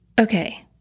Okay